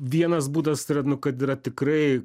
vienas būdas tai yra nu kad yra tikrai